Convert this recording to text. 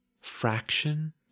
fraction